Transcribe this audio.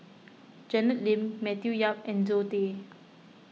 Janet Lim Matthew Yap and Zoe Tay